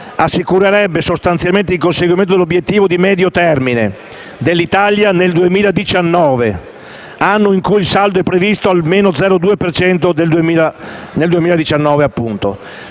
assicurerebbe sostanzialmente il conseguimento dell'Obiettivo di medio termine (MTO) dell'Italia nel 2019, anno in cui il saldo è previsto al -0,2 per cento.